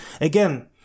again